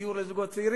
דיור לזוגות צעירים.